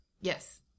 Yes